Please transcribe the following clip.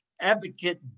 advocate